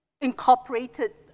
incorporated